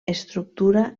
estructura